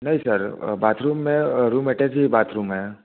नहीं sir bathroom में room attach भी है बाथरूम में